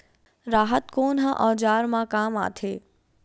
राहत कोन ह औजार मा काम आथे?